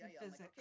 physics